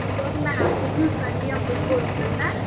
बघ ना खूप दिवसांनी आपण बोलतो आहे ना